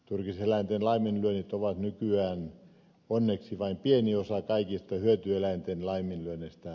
turkiseläinten laiminlyönnit ovat nykyään onneksi vain pieni osa kaikista hyötyeläinten laiminlyönneistä